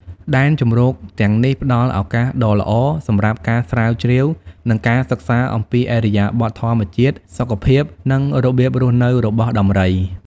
ដែនជម្រកទាំងនេះផ្តល់ ឱកាសដ៏ល្អសម្រាប់ការស្រាវជ្រាវ និងការសិក្សាអំពី ឥរិយាបថធម្មជាតិ សុខភាព និងរបៀបរស់នៅរបស់ដំរី។